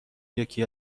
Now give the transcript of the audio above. یکی